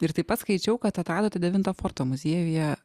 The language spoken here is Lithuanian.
ir taip pat skaičiau kad atradote devinto forto muziejuje